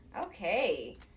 okay